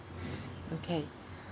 okay